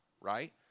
right